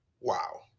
wow